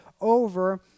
over